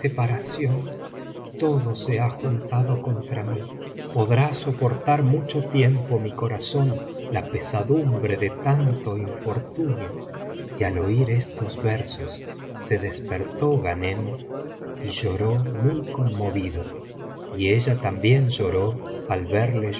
separación todo se ha juntado contra mi podrá soportar mucho tiempo mi corazón la pesadumbre de tanto infortuniof al oir estos versos se despertó g hanem y lloró muy conmovido y ella también lloró al verle